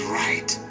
right